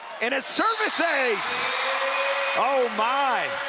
and a service ace oh, my.